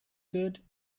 good